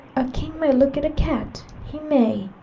a king may look at a cat! he may!